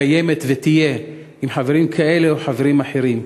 קיימת ותהיה, עם חברים כאלה או חברים אחרים.